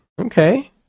Okay